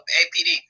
apd